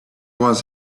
was